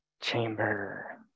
chamber